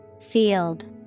Field